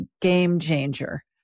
game-changer